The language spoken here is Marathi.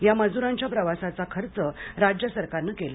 या मजुरांच्या प्रवासाचा खर्च राज्य सरकारने केला